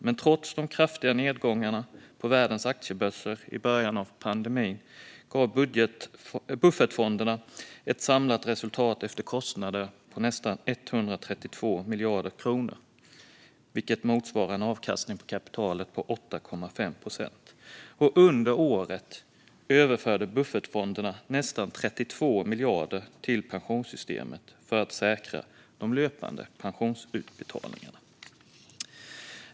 Men trots de kraftiga nedgångarna på världens aktiebörser i början av pandemin gav buffertfonderna ett samlat resultat efter kostnader på nästan 132 miljarder kronor, vilket motsvarar en avkastning på kapitalet med 8,5 procent. Och under året överförde buffertfonderna nästan 32 miljarder till pensionssystemet för att säkra de löpande pensionsutbetalningarna.